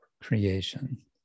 Creation